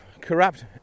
corrupt